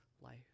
life